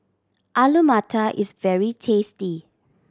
Alu Matar is very tasty